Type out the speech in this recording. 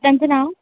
त्यांचं नाव